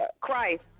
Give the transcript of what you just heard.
Christ